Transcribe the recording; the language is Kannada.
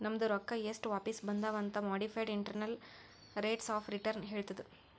ನಮ್ದು ರೊಕ್ಕಾ ಎಸ್ಟ್ ವಾಪಿಸ್ ಬಂದಾವ್ ಅಂತ್ modified internal rates of return ಹೇಳತ್ತುದ್